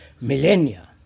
millennia